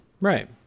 Right